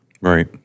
Right